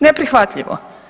Ne prihvatljivo.